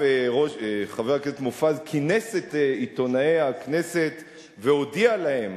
וחבר הכנסת מופז אף כינס את עיתונאי הכנסת והודיע להם,